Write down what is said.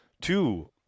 two